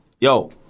Yo